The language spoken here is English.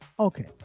Okay